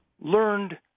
learned